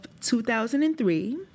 2003